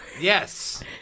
Yes